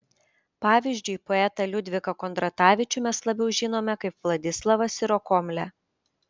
pavyzdžiui poetą liudviką kondratavičių mes labiau žinome kaip vladislavą sirokomlę